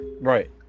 right